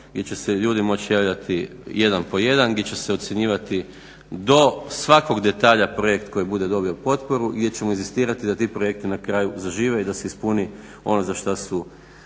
gdje će se ljudi moći javljati jedan po jedan, gdje će se ocjenjivati do svakog detalja projekt koji bude dobio potporu jer ćemo inzistirati da ti projekti na kraju zažive i da se ispuni ono za što su